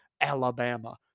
Alabama